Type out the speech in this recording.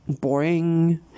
boring